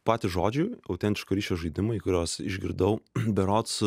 patys žodžiai autentiško ryšio žaidimai kuriuos išgirdau berods